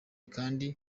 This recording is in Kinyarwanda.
kandi